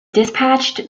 dispatched